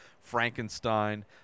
frankenstein